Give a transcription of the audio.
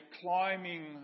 climbing